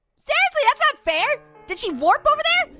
seriously, that's not fair, did she warp over there?